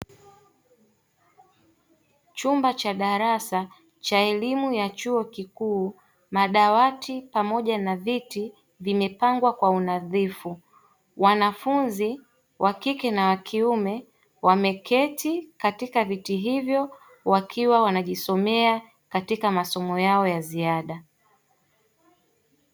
Chumba cha darasa cha elimu ya chuo kikuu, madawati pamoja na viti vimepangwa kwa unadhifu. Wanafunzi wa kike na wakiume wameketi katika viti hivyo wakiwa wanajisomea katika masomo yao ya ziada.